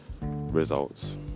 results